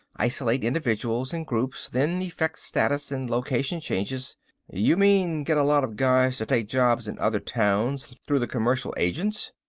isolate individuals and groups, then effect status and location changes you mean get a lot of guys to take jobs in other towns through the commercial agents?